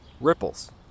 ripples